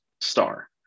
star